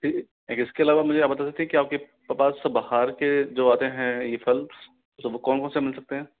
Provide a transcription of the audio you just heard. इसके अलावा आप मुझे बता सकते हैं कि आपके पास जो यह बाहर के जो आते हैं यह फल तो वो कौन कौन से मिल सकते हैं